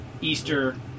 Easter